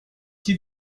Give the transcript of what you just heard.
qui